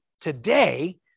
today